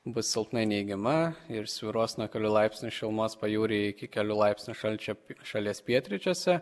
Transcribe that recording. bus silpnai neigiama ir svyruos nuo kelių laipsnių šilumos pajūryje iki kelių laipsnių šalčio šalies pietryčiuose